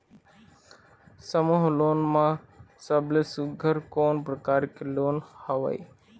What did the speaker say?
समूह लोन मा सबले सुघ्घर कोन प्रकार के लोन हवेए?